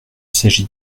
s’agit